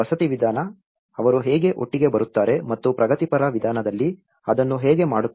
ವಸತಿ ವಿಧಾನ ಅವರು ಹೇಗೆ ಒಟ್ಟಿಗೆ ಬರುತ್ತಾರೆ ಮತ್ತು ಪ್ರಗತಿಪರ ವಿಧಾನದಲ್ಲಿ ಅದನ್ನು ಹೇಗೆ ಮಾಡುತ್ತಾರೆ